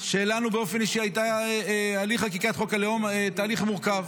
שלנו באופן אישי הליך חקיקת חוק הלאום היה תהליך מורכב.